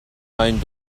neuen